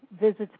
visits